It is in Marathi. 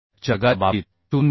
A च्या वर्गाच्या बाबतीत 0